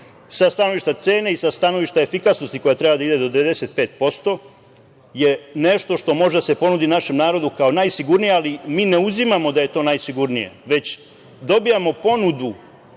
Sa stanovišta cene i sa stanovišta efikasnosti koja treba da ide do 95% je nešto što može da se ponudi našem narodu kao najsigurnije, ali mi ne uzimamo da je to najsigurnije, već dobijamo ponudu